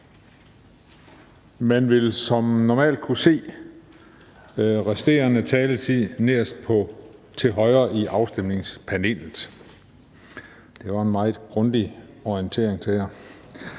Man vil som normalt kunne se den resterende taletid nederst til højre i afstemningspanelet. Det var en meget grundig orientering til jer.